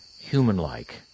human-like